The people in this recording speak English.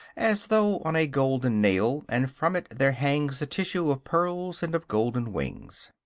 as though on a golden nail, and from it there hangs the tissue of pearls and of golden wings.